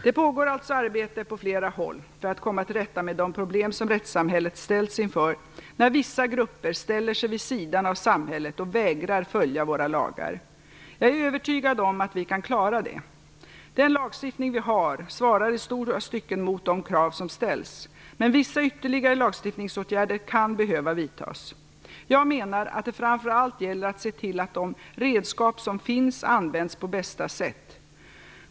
Det pågår alltså arbete på flera håll för att komma till rätta med de problem som rättssamhället ställs inför när vissa grupper ställer sig vid sidan av samhället och vägrar följa våra lagar. Jag är övertygad om att vi kan klara detta. Den lagstiftning vi har svarar i stora stycken mot de krav som ställs, men vissa ytterligare lagstiftningsåtgärder kan behöva vidtas. Jag menar att det framför allt gäller att se till att de redskap som finns används på bästa sätt.